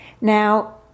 Now